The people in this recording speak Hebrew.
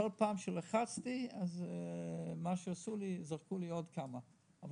בכל פעם שלחצתי זרקו לי עוד כמה מכשירים,